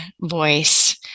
voice